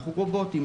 אנחנו רובוטים,